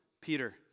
Peter